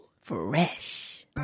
Fresh